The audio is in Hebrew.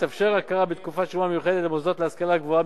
תתאפשר הכרה בתקופת שומה מיוחדת למוסדות להשכלה גבוהה,